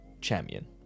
champion